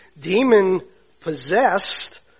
demon-possessed